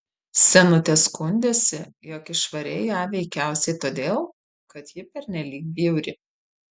senutė skundėsi jog išvarei ją veikiausiai todėl kad ji pernelyg bjauri